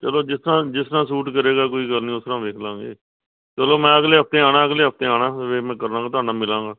ਚਲੋ ਜਿਸ ਤਰ੍ਹਾਂ ਜਿਸ ਤਰ੍ਹਾਂ ਸੂਟ ਕਰੇਗਾ ਕੋਈ ਗੱਲ ਨਹੀਂ ਉਸ ਤਰ੍ਹਾਂ ਵੇਖ ਲਾਂਗੇ ਚਲੋ ਮੈਂ ਅਗਲੇ ਹਫਤੇ ਆਉਣਾ ਅਗਲੇ ਹਫਤੇ ਆਉਣਾ ਫਿਰ ਮੈਂ ਕਰਾਂਗਾ ਤੁਹਾਡੇ ਨਾਲ ਮਿਲ ਲਾਂਗਾ